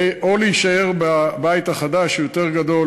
או להישאר בבית החדש שהוא יותר גדול,